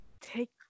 take